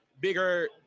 bigger